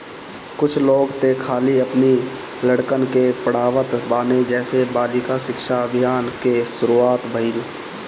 कुछ लोग तअ खाली अपनी लड़कन के पढ़ावत बाने जेसे बालिका शिक्षा अभियान कअ शुरुआत भईल